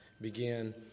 begin